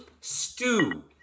stew